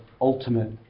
ultimate